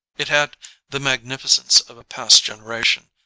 it had the magnificence of a past generation,